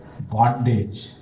bondage